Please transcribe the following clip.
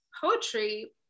poetry